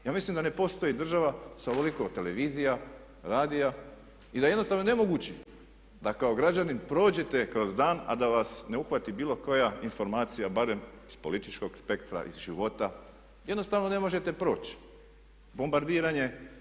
Ja mislim da ne postoji država sa ovoliko televizija, radija i da jednostavno nemoguće da kao građanin prođete kroz dan a da vas ne uhvati bilo koja informacija barem sa političkog spektra, iz života, jednostavno ne možete proći bombardiranje.